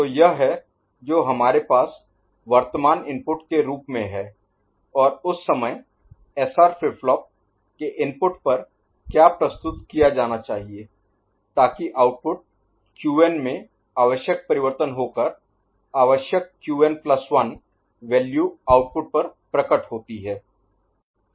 तो यह है जो हमारे पास वर्तमान इनपुट के रूप में हैं और उस समय एसआर फ्लिप फ्लॉप के इनपुट पर क्या प्रस्तुत किया जाना चाहिए ताकि आउटपुट क्यूएन में आवश्यक परिवर्तन होकर आवश्यक QN plus 1 Qn1 value output पर प्रकट होती है